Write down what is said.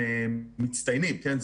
שהם מצטיינים, כן?